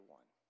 one